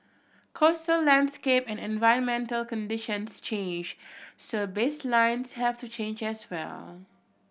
coastal landscape and environmental conditions change so baselines have to change as well